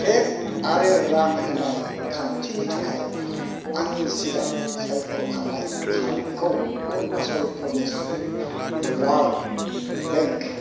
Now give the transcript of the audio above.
थेब आरो रां होनाय खान्थिनि थाखाय आंनि सिगां सायख' खानाय कार्ड खौ अरुनाचल प्रदेश रुराल बेंक